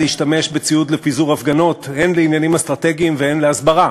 להשתמש בציוד לפיזור הפגנות הן לעניינים אסטרטגיים והן להסברה.